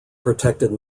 protected